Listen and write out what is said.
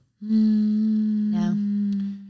No